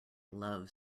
love